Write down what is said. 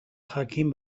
jakin